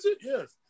Yes